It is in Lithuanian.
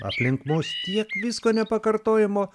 aplink mus tiek visko nepakartojamo